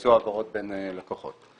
בביצוע העברות בין לקוחות.